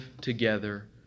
together